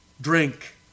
drink